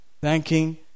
thanking